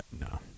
no